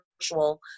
virtual